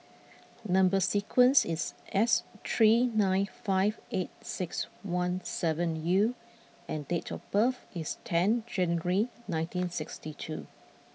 number sequence is S three nine five eight six one seven U and date of birth is ten January nineteen sixty two